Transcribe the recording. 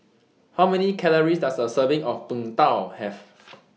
How Many Calories Does A Serving of Png Tao Have